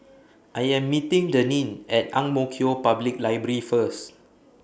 I Am meeting Denine At Ang Mo Kio Public Library First